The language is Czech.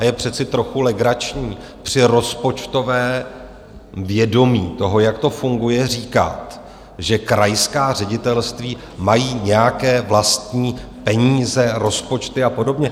A je přece trochu legrační při rozpočtovém vědomí toho, jak to funguje, říkat, že krajská ředitelství mají nějaké vlastní peníze, rozpočty a podobně.